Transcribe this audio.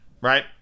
Right